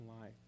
life